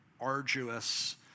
arduous